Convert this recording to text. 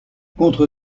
contre